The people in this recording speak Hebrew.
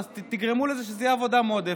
תגרמו לזה שזאת תהיה עבודה מועדפת,